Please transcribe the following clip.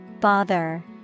Bother